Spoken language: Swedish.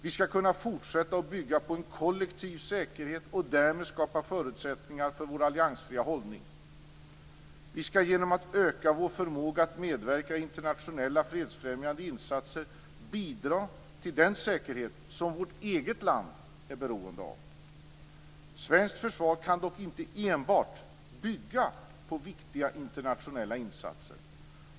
Vi skall kunna fortsätta att bygga på en kollektiv säkerhet och därmed skapa förutsättningar för vår alliansfria hållning. Vi skall genom att öka vår förmåga att medverka i internationella fredsfrämjande insatser bidra till den säkerhet som vårt eget land är beroende av. Svenskt försvar kan dock inte enbart bygga på viktiga internationella insatser.